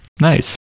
Nice